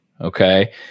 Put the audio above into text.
Okay